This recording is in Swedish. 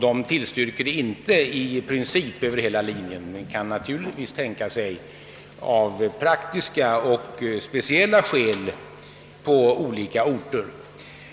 Utredningen tillstyrker inte i princip att systemet skall tillämpas över hela linjen men kan tänka sig att det av prak tiska och speciella skäl införs på vissa orter.